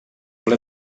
ple